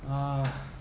uh